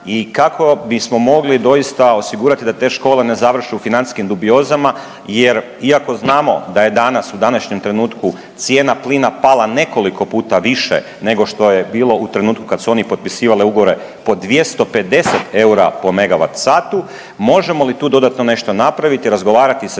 i kako bismo mogli doista osigurati da te škole ne završe u financijskim dubiozama jer iako znamo da je danas u današnjem trenutku cijena plina pala nekoliko puta više nego što je bilo u trenutku kada su oni potpisivali ugovore po 250 eura po MW/h možemo li tu dodatno nešto napraviti, razgovarati sa